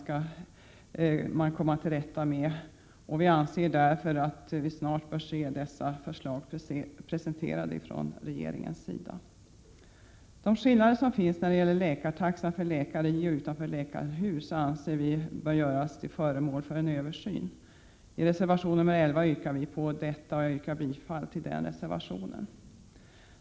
Vi anser därför att vi snart bör se Prot. 1987/88:115 dessa förslag presenterade ifrån regeringens sida. S maj 1988 De skillnader som finns när det gäller läkartaxan för läkare i och utanför läkarhus anser vi bör göras till föremål för en översyn. I reservation nr 11 yrkar vi på detta, och jag yrkar bifall till denna reservation.